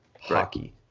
hockey